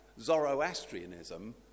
Zoroastrianism